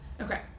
Okay